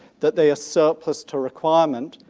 that they are surplus to requirement,